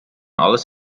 alles